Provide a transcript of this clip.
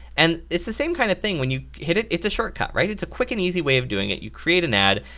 and it's the same kind of thing, when you hit it it's a shortcut, it's a quick and easy way of doing it. you create an ad,